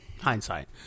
Hindsight